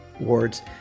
Ward's